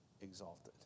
exalted